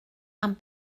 amb